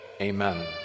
Amen